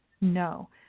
No